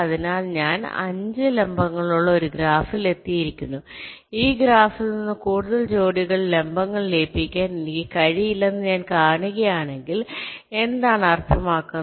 അതിനാൽ ഞാൻ 5 ലംബങ്ങളുള്ള ഒരു ഗ്രാഫിൽ എത്തിയിരിക്കുന്നു ഈ ഗ്രാഫിൽ നിന്ന് കൂടുതൽ ജോഡി ലംബങ്ങൾ ലയിപ്പിക്കാൻ എനിക്ക് കഴിയില്ലെന്ന് ഞാൻ കാണുന്നുവെങ്കിൽ എന്താണ് അർത്ഥമാക്കുന്നത്